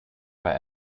war